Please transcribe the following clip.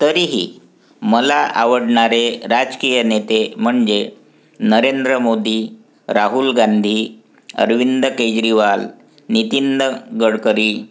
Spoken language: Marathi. तरीही मला आवडणारे राजकीय नेते म्हणजे नरेंद्र मोदी राहुल गांधी अरविंद केजरीवाल नितिन गडकरी